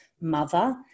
mother